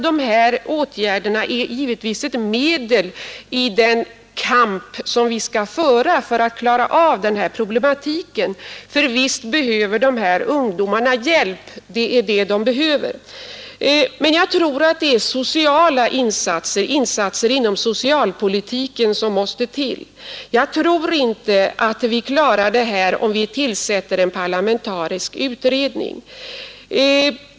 De här åtgärderna är givetvis ett medel i den kamp som vi skall föra för att klara problematiken, för visst behöver de här ungdomarna hjälp, men jag anser att det är sociala insatser, insatser inom socialpolitiken, som måste till. Jag tror inte att vi löser problemen genom att tillsätta en parlamentarisk utredning.